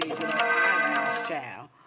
child